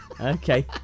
Okay